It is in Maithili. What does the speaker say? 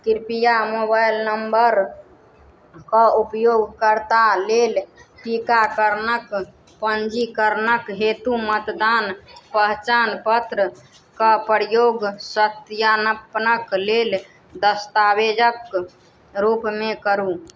कृपया मोबाइल नम्बरके उपयोगकर्ता लेल टीकाकरणके पञ्जीकरणके हेतु मतदान पहचान पत्रके प्रयोग सत्यानपनके लेल दस्तावेजके रूपमे करू